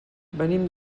venim